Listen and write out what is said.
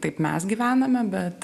taip mes gyvename bet